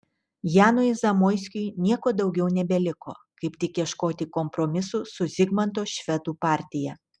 janui zamoiskiui nieko daugiau nebeliko kaip tik ieškoti kompromisų su zigmanto švedų partija